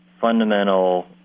fundamental